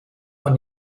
von